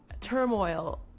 turmoil